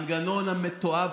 המנגנון המתועב,